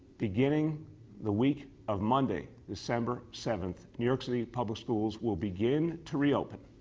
beginning the week of monday december seventh, new york city public schools will begin to reopen,